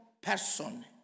person